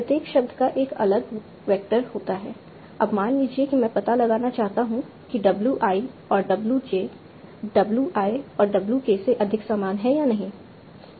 प्रत्येक शब्द का एक अलग वेक्टर होता है अब मान लीजिए कि मैं पता लगाना चाहता हूं कि w i और w j w i और w k से अधिक समान हैं या नहीं